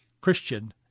Christian